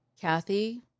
Kathy